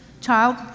child